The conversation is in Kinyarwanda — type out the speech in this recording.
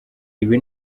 ibi